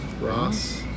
Ross